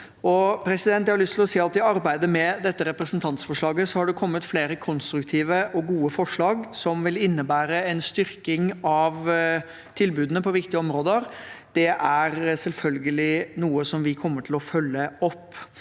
godt. Jeg har lyst til å si at i arbeidet med dette representantforslaget har det kommet flere konstruktive og gode forslag som vil innebære en styrking av tilbudene på viktige områder. Det er selvfølgelig noe vi kommer til å følge opp,